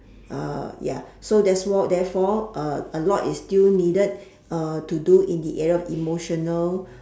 uh ya so that's for therefore uh a lot is still needed uh to do in the area of emotional